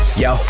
yo